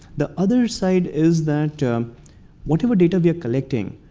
the other side is that whatever data we are collecting,